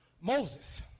Moses